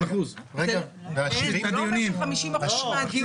50%. זה לא אומר ש-50% מהדיונים היו